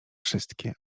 wszystkie